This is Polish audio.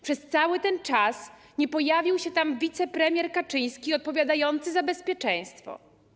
Przez cały ten czas nie pojawił się tam wicepremier Kaczyński odpowiadający za bezpieczeństwo.